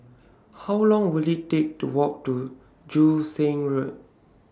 How Long Will IT Take to Walk to Joo Seng Road